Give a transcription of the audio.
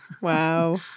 Wow